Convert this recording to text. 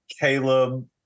Caleb